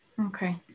Okay